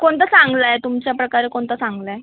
कोणतं चांगलं आहे तुमच्या प्रकारे कोणतं चांगलं आहे